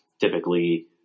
typically